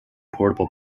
portable